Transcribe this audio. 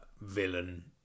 villain